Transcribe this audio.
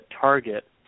Target